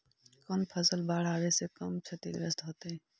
कौन फसल बाढ़ आवे से कम छतिग्रस्त होतइ?